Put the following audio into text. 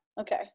Okay